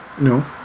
No